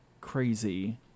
crazy